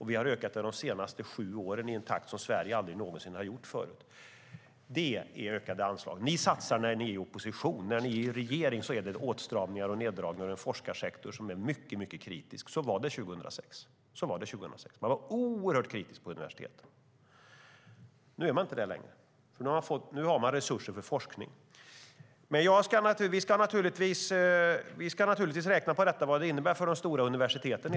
Vi har ökat dem de senaste sju åren i en takt som Sverige aldrig någonsin haft förut. Ni satsar när ni är i opposition. När ni är i regeringsställning är det åtstramningar och neddragningar och en forskarsektor som är mycket kritisk. Så var det 2006. Man var oerhört kritisk på universiteten. Nu är man inte det längre. Nu har man resurser för forskning. Vi ska naturligtvis räkna på vad er föreslagna modell innebär för de stora universiteten.